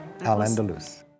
Al-Andalus